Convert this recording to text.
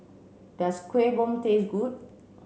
does Kueh Bom taste good